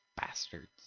Bastards